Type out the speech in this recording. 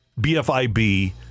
BFIB